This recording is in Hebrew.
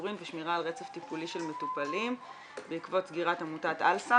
פיטורין ושמירה על רצף טיפולי של מטופלים בעקבות סגירת עמותת "אל סם",